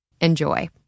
Enjoy